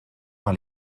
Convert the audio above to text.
par